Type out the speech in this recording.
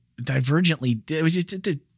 divergently